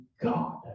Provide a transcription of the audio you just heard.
God